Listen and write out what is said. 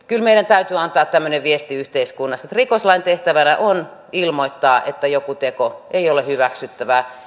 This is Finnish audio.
kyllä meidän täytyy antaa tämmöinen viesti yhteiskunnassa että rikoslain tehtävänä on ilmoittaa että joku teko ei ole hyväksyttävää